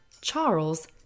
Charles